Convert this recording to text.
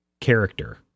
character